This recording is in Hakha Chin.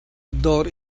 dawr